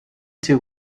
two